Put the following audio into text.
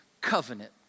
covenant